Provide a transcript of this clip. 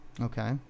Okay